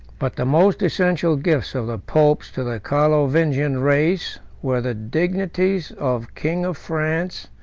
but the most essential gifts of the popes to the carlovingian race were the dignities of king of france,